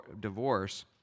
divorce